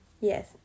Yes